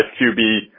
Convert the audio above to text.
QB